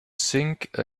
think